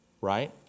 Right